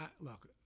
look